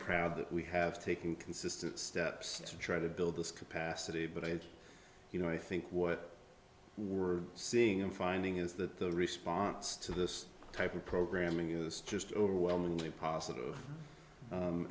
proud that we have taken consistent steps to try to build this capacity but i had you know i think what we're seeing in finding is that the response to this type of programming is just overwhelmingly positive